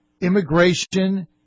immigration